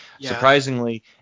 Surprisingly